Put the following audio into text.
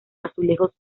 azulejos